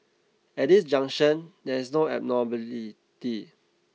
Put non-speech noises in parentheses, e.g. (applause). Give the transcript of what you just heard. at this juncture there is no abnormality (unintelligible)